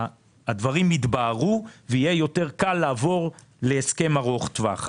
הדברים יתבהרו ויהיה יותר קל לעבור להסכם ארוך טווח.